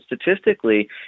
statistically